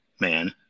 man